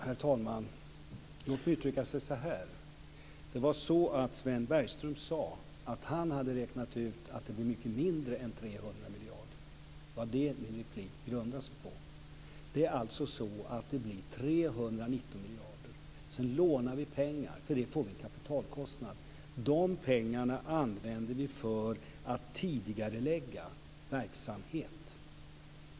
Herr talman! Låt mig uttrycka mig så här: Sven Bergström sade att han hade räknat ut att det blev mycket mindre än 300 miljarder. Det var det min replik grundade sig på. Det är alltså så att det blir 319 miljarder. Sedan lånar vi pengar, och för det får vi en kapitalkostnad. De pengarna använder vi för att tidigarelägga verksamhet.